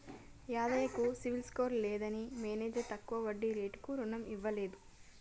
యాదయ్య కు CIBIL score లేదని manager తక్కువ వడ్డీ రేటుకు రుణం ఇవ్వలేదు